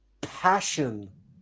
passion